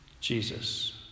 Jesus